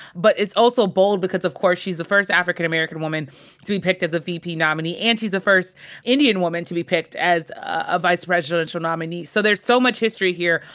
but it's also bold, because of course, she's the first african american woman to be picked as a vp nominee. and she's the first indian woman to be picked as a vice presidential nominee. so there's so much history here,